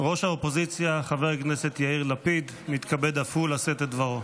ראש האופוזיציה חבר הכנסת יאיר לפיד מתכבד אף הוא לשאת את דברו.